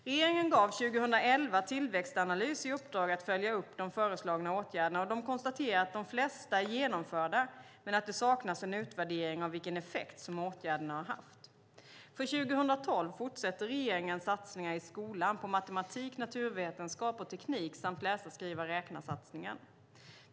Regeringen gav 2011 Tillväxtanalys i uppdrag att följa upp de föreslagna åtgärderna, och de konstaterar att de flesta är genomförda men att det saknas en utvärdering av vilken effekt som åtgärderna har haft. För 2012 fortsätter regeringens satsningar i skolan på matematik, naturvetenskap och teknik samt läsa-skriva-räkna-satsningen.